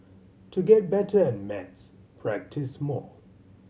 to get better at maths practise more